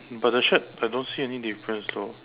but the shed I don't see any difference though